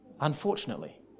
unfortunately